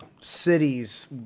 cities